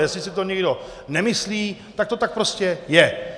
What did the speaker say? Jestli si to někdo nemyslí, tak to tak prostě je!